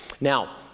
Now